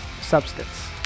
substance